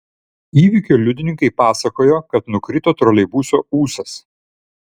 įvykio liudininkai pasakojo kad nukrito troleibuso ūsas